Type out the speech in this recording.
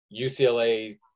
UCLA